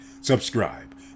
subscribe